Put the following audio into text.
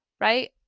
right